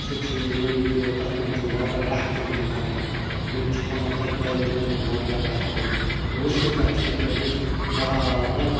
سُہ چھِ یعنی کہ تَتھ منٛز چھِ واٹَر رِفٹِنٛگ تہِ کران مےٚ تہِ چھِ پانہٕ اَکہِ دۄیہِ لَٹہِ کٔرمٕژ واٹَر ریٚفٹِنٛگ وُسنہٕ پٮ۪ٹھ چھِ مےٚ کٔرمٕژ برابَد